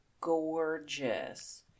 gorgeous